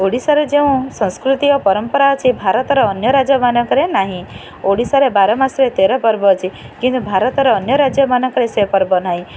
ଓଡ଼ିଶାରେ ଯେଉଁ ସଂସ୍କୃତି ଓ ପରମ୍ପରା ଅଛି ଭାରତର ଅନ୍ୟ ରାଜ୍ୟମାନଙ୍କରେ ନାହିଁ ଓଡ଼ିଶାରେ ବାର ମାସରେ ତେର ପର୍ବ ଅଛି କିନ୍ତୁ ଭାରତର ଅନ୍ୟ ରାଜ୍ୟମାନଙ୍କରେ ସେ ପର୍ବ ନାହିଁ